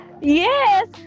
Yes